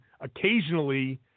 occasionally